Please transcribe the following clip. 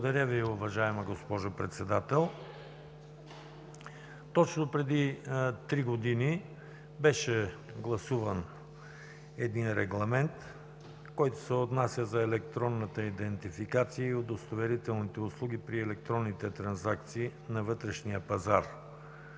Благодаря Ви, уважаема госпожо Председател. Точно преди три години беше гласуван един регламент, който се отнася за електронната идентификация и удостоверителните услуги при електронните транзакции на вътрешния пазар.